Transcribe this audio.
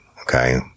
Okay